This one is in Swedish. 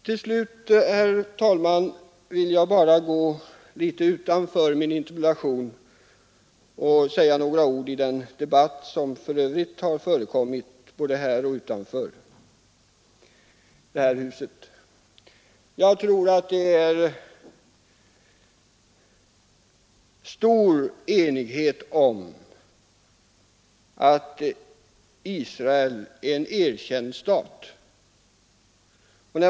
Till slut, herr talman, vill jag gå litet utanför min interpellation och även säga några ord i den debatt i övrigt som har förekommit både här inne och utanför det här huset. Jag tror att det råder stor enighet om att Israel är en erkänd stat.